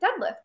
deadlift